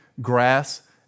grass